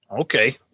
Okay